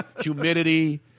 humidity